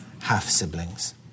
half-siblings